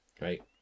right